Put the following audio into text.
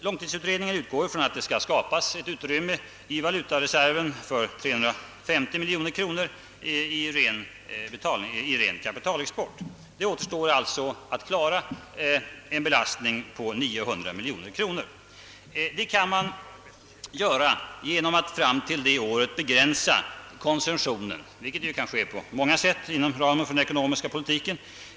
Långtidsutredningen utgår ifrån att det skapas ett utrymme i valutareserven för 350 miljoner kronor i ren kapital export. Det återstår alltså att klara en belastning på 900 miljoner kronor. Det kan man göra genom att fram fill. det året begränsa konsumtionen med' 900 miljoner kronor, vilket kan ske på många sätt inom ramen för den ekonömiska politiken.